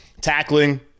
Tackling